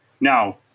now